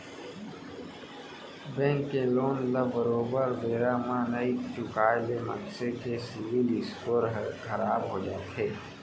bank के loan ल बरोबर बेरा म नइ चुकाय ले मनसे के सिविल स्कोर ह खराब हो जाथे